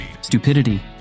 Stupidity